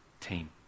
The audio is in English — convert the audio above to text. team